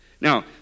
Now